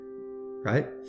right